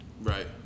right